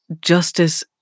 justice